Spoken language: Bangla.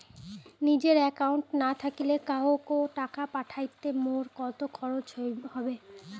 নিজের একাউন্ট না থাকিলে কাহকো টাকা পাঠাইতে মোর কতো খরচা হবে?